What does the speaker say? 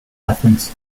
athens